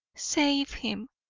save him!